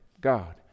God